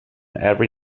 every